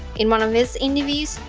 in one of his interviews,